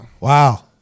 Wow